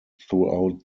throughout